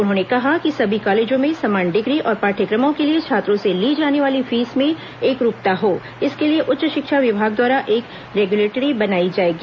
उन्होंने कहा कि सभी कॉलेजों में समान डिग्री और पाठ्यक्रमों के लिए छात्रों से ली जाने वाली फीस में एकरूपता हो इसके लिए उच्च शिक्षा विभाग द्वारा एक रेग्युलेटरी बनाई जाएगी